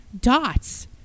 dots